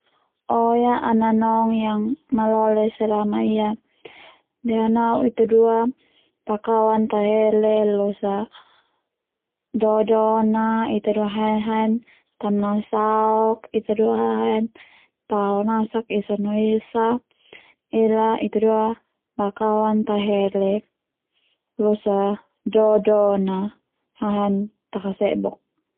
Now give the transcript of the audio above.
O ya ananong yang malole selama iya de au nao Ita dua bakawan tahele losa do do na ita dua hae hae tamnasa aok ita dua ha Hae Tao nasak esa no esa ela ita dua bakwan tahele losa do do na ha Hae takasebok.